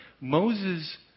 Moses